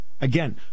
Again